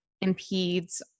impedes